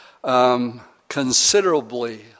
Considerably